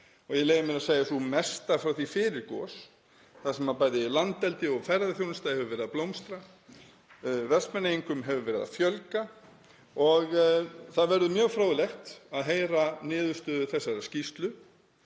ég leyfi mér að segja sú mesta frá því fyrir gos, þar sem bæði landeldi og ferðaþjónusta hefur verið að blómstra, Vestmannaeyingum hefur verið að fjölga og það verður mjög fróðlegt að heyra niðurstöður þessarar skýrslu.